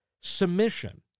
submission